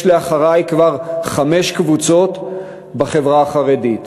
יש ל"אחריי!" כבר חמש קבוצות בחברה החרדית